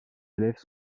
élèves